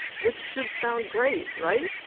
which should sound great, right?